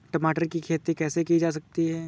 टमाटर की खेती कैसे की जा सकती है?